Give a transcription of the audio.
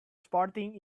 sporting